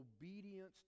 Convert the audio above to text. obedience